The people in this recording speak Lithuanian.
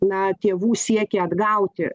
na tėvų siekį atgauti